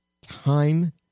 time